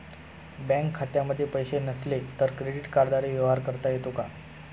Bank खात्यामध्ये पैसे नसले तरी क्रेडिट कार्डद्वारे व्यवहार करता येतो का?